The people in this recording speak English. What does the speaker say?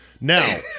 Now